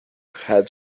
had